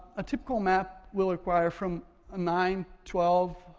a typical map will require from nine, twelve,